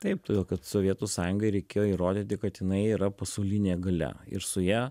taip todėl kad sovietų sąjungai reikėjo įrodyti kad jinai yra pasaulinė galia ir su ja